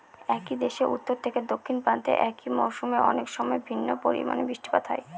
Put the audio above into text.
একই দেশের উত্তর থেকে দক্ষিণ প্রান্তে একই মরশুমে অনেকসময় ভিন্ন পরিমানের বৃষ্টিপাত হয়